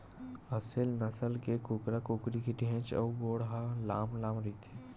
असेल नसल के कुकरा कुकरी के घेंच अउ गोड़ ह लांम लांम रहिथे